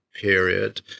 period